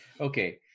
Okay